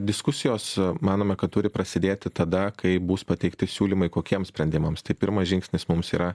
diskusijos manome kad turi prasidėti tada kai bus pateikti siūlymai kokiems sprendimams tai pirmas žingsnis mums yra